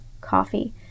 coffee